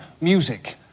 music